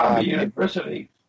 University